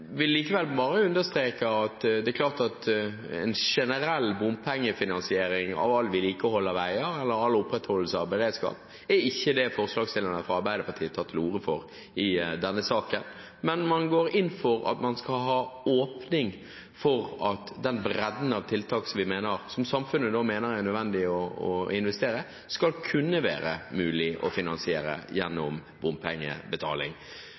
vil likevel bare understreke at det ikke er en generell bompengefinansiering av alt vedlikehold av veier eller all opprettholdelse av beredskap som forslagsstillerne fra Arbeiderpartiet tar til orde for i denne saken. Man går inn for at man skal ha åpning for at den bredden av tiltak som samfunnet mener det er nødvendig å investere i, skal det kunne være mulig å finansiere